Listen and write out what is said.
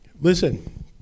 Listen